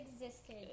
existed